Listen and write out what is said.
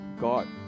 God